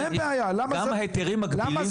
גם ההיתרים --- אין בעיה,